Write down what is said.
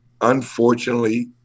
unfortunately